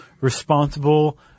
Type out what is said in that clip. responsible